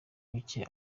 bike